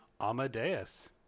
Amadeus